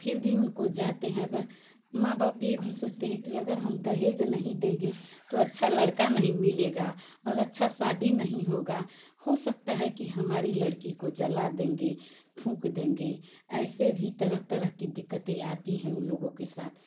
फिर भी उनको जाते हैं अगर माँ बाप यह भी सोचते हैं अगर हम दहेज नहीं देंगे तो अच्छा लड़का नहीं मिलेगा और अच्छी शादी नहीं होगी हो सकता है कि हमारी लड़की को जला देंगे फूँक देंगे ऐसी भी तरह तरह की दिक्कतें आती हैं उन लोगों के साथ